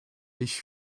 ich